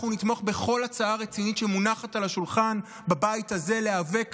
אנחנו נתמוך בכל הצעה רצינית שמונחת על השולחן בבית הזה להיאבק